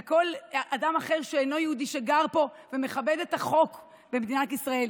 כל אדם אחר שאינו יהודי וגר פה ומכבד את החוק במדינת ישראל,